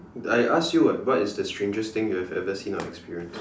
I asked you [what] what is the strangest thing you have ever seen or experienced